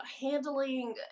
handling